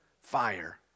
Fire